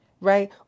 right